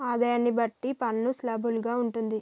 ఆదాయాన్ని బట్టి పన్ను స్లాబులు గా ఉంటుంది